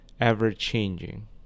Ever-changing